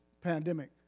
pandemic